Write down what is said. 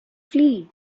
flee